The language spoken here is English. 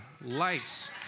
lights